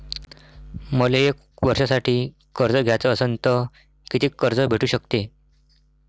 मले एक वर्षासाठी कर्ज घ्याचं असनं त कितीक कर्ज भेटू शकते?